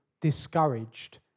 discouraged